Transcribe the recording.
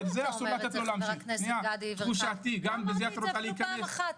לא אמרתי את זה אפילו פעם אחת.